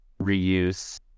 reuse